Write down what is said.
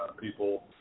people